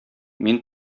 мин